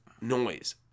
noise